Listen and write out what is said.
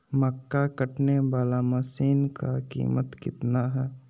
मक्का कटने बाला मसीन का कीमत कितना है?